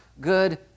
good